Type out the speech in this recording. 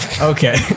Okay